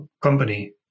company